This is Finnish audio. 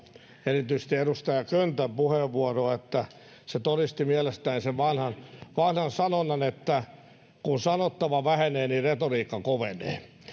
erityisesti edustaja köntän puheenvuoroa että se todisti mielestäni sen vanhan vanhan sanonnan että kun sanottava vähenee niin retoriikka kovenee